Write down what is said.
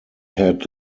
had